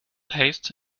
haste